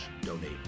donate